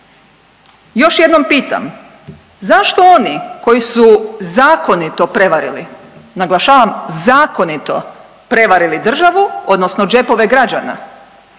Još jednom pitam, zašto oni koji su zakonito prevarili, naglašavam